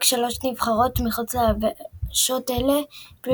רק שלוש נבחרות מחוץ ליבשות אלה העפילו